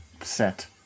set